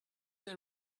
they